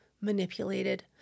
manipulated